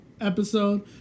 episode